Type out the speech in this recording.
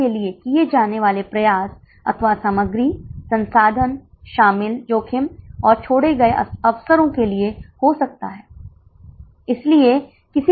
इसलिए लगभग 50 रुपये की कमी हुई है क्योंकि छात्रों की संख्या बढ़ गई है